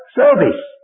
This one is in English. service